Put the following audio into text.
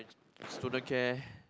student care